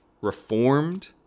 Reformed